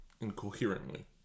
incoherently